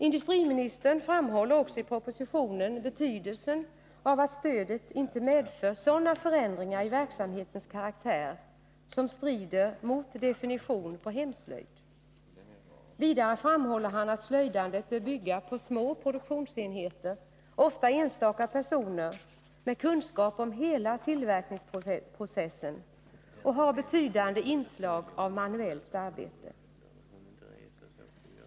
Industriministern framhåller också i propositionen betydelsen av att stödet inte medför sådana förändringar i verksamhetens karaktär som strider mot definitionen på hemslöjd. Vidare framhåller han att slöjdandet bör ligga på små produktionsenheter, ofta enstaka personer med kunskap om hela tillverkningsprocessen, och ha betydande inslag av manuellt arbete.